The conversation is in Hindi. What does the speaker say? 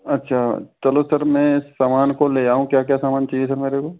अच्छा चलो सर मैं इस सामान को ले आऊं क्या क्या सामान चाहिए सर मेरे को